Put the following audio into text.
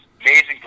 Amazing